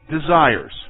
desires